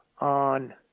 on